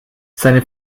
seine